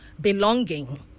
belonging